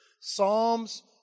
Psalms